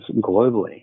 globally